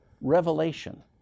revelation